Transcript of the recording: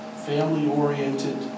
family-oriented